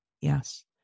Yes